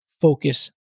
focus